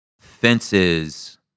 fences